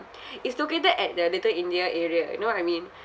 it's located at the little india area you know what I mean